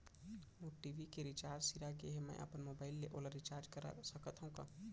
मोर TV के recharge सिरा गे हे, मैं अपन मोबाइल ले ओला रिचार्ज करा सकथव का?